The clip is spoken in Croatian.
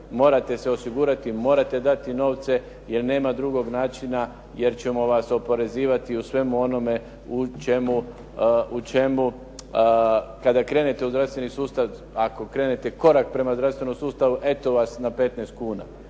morate se osigurati, morate dati novce, jer nema drugog načina, jer ćemo vas oporezivati u svemu onome u čemu kada krenete u zdravstveni sustav, ako krenete korak prema zdravstvenom sustavu eto vas na 15 kuna.